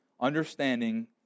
understanding